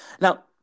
Now